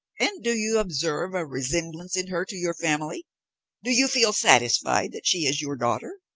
and do you observe a resemblance in her to your family do you feel satisfied that she is your daughter?